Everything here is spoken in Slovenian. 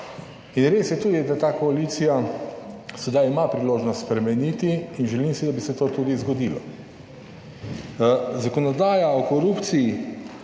res je tudi, da ta koalicija sedaj ima priložnost spremeniti in želim si, da bi se to tudi zgodilo. Zakonodaja o korupciji